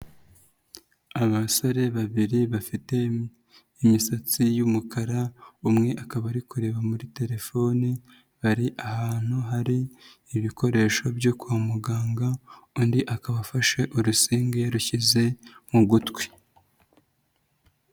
Abasore babiri bafite imisatsi y'umukara umwe akaba ari kureba muri telefoni hari ahantu hari ibikoresho byo kwa muganga undi akaba afashe urusinga yarushyize mu gutwi.